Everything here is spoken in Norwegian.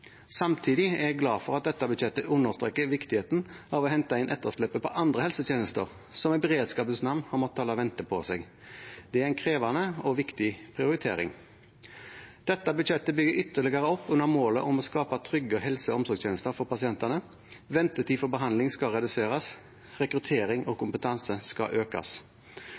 Samtidig er jeg glad for at dette budsjettet understreker viktigheten av å hente inn etterslepet på andre helsetjenester, som i beredskapens navn har måttet vente. Det er en krevende og viktig prioritering. Dette budsjettet bygger ytterligere opp under målet om å skape trygge helse- og omsorgstjenester for pasientene. Ventetiden for behandling skal reduseres, rekruttering og kompetanse skal økes.